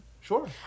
Sure